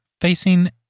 facing